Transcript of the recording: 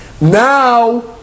Now